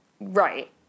Right